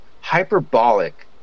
hyperbolic